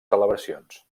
celebracions